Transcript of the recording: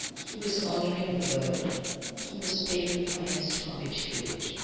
he was honouring the world he was paying the finest homage to it.